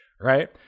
Right